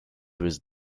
with